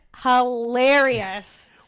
Hilarious